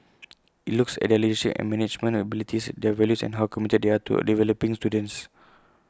IT looks at their leadership and management abilities their values and how committed they are to developing students